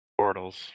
portals